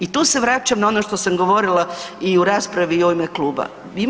I tu se vraćam na ono što sam govorila i u raspravi i u ime kluba.